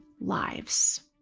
lives